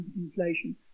inflation